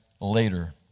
later